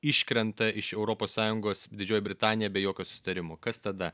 iškrenta iš europos sąjungos didžioji britanija be jokio susitarimo kas tada